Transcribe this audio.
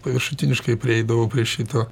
paviršutiniškai prieidavau prie šito